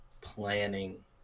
planning